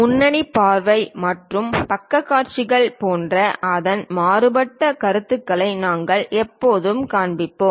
முன்னணி பார்வை மற்றும் பக்க காட்சிகள் போன்ற அதன் மாறுபட்ட கருத்துக்களை நாங்கள் எப்போதும் காண்பிப்போம்